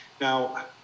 Now